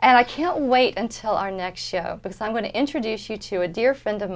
and i can't wait until our next show because i'm going to introduce you to a dear friend of